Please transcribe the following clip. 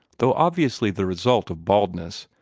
though obviously the result of baldness,